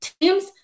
Teams